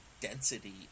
density